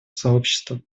сообщества